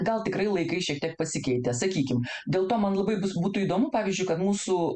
gal tikrai laikai šiek tiek pasikeitė sakykim dėl to man labai bus būtų įdomu pavyzdžiui kad mūsų